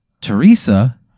Teresa